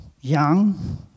young